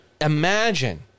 imagine